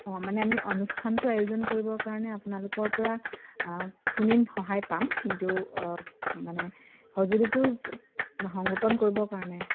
অঁ মানে আমি অনুষ্ঠানটো আয়োজন কৰিবৰ কাৰণে আপোনালোকৰ পৰা সহায় পাম কিন্তু মানে সঁজুলিটো সংৰোপণ কৰিবৰ কাৰণে